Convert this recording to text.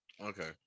Okay